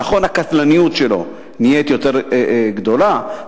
נכון שהקטלניות שלו נהיית יותר גדולה,